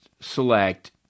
select